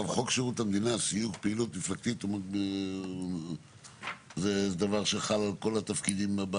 חוק שירות המדינה (סיוג פעילות מפלגתית) זה דבר שחל על כל התפקידים?